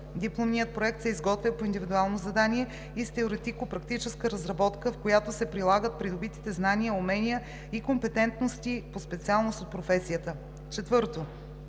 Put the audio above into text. Дипломният проект се изготвя по индивидуално задание и е теоретико практическа разработка, в която се прилагат придобитите знания, умения и компетентности по специалност от професията.“ 4.